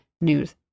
news